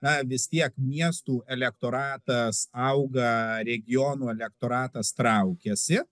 na vis tiek miestų elektoratas auga regionų elektoratas traukiasi